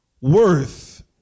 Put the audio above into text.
worth